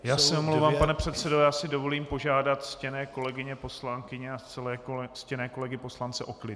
Já se omlouvám, pane předsedo, já si dovolím požádat ctěné kolegyně poslankyně a ctěné kolegy poslance o klid.